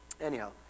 Anyhow